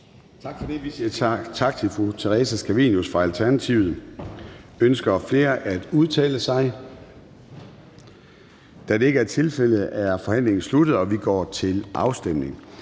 Gade): Vi siger tak til fru Theresa Scavenius fra Alternativet. Ønsker flere at udtale sig? Da det ikke er tilfældet, er forhandlingen sluttet, og vi går til afstemning.